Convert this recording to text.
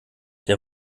der